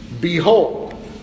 behold